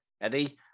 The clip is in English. Eddie